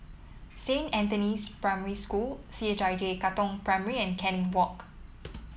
Saint Anthony's Primary School C H I J Katong Primary and Canning Walk